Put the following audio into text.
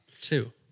Two